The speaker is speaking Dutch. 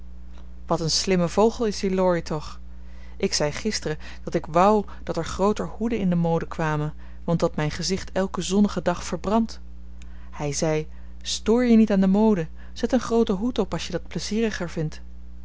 wat een slimme vogel is die laurie toch ik zei gisteren dat ik wou dat er grooter hoeden in de mode kwamen want dat mijn gezicht elken zonnigen dag verbrandt hij zei stoor je niet aan de mode zet een grooten hoed op als je dat plezieriger vindt